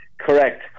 Correct